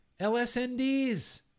LSNDs